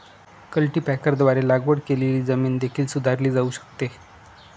कल्टीपॅकरद्वारे लागवड केलेली जमीन देखील सुधारली जाऊ शकते